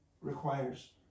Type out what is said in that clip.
requires